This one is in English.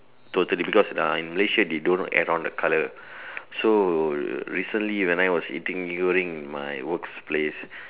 totally because uh in Malaysia they don't add on the color so recently when I was eating Mee-Goreng in my works place